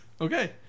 Okay